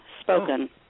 spoken